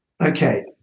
Okay